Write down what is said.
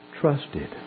trusted